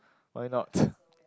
why not